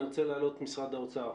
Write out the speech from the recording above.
אני רוצה להעלות את משרד האוצר.